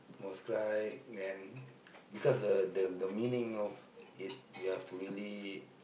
almost cried then because the the the meaning of it you have to really